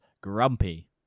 grumpy